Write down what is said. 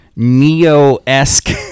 Neo-esque